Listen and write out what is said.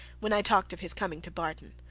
when i talked of his coming to barton.